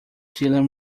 dylan